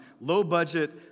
low-budget